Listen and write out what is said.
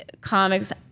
comics